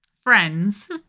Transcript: friends